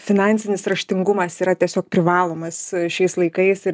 finansinis raštingumas yra tiesiog privalomas šiais laikais ir